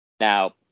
Now